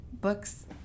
books